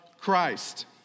Christ